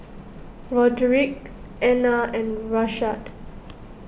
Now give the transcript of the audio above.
Roderic Ena and Rashaad